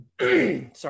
sorry